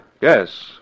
Yes